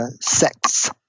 sex